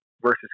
versus